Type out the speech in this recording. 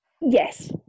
Yes